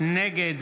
נגד